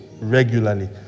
regularly